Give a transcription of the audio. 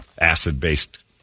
acid-based